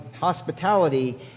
hospitality